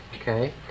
Okay